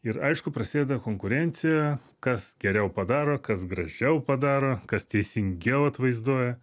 ir aišku prasideda konkurencija kas geriau padaro kas gražiau padaro kas teisingiau atvaizduoja